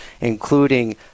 including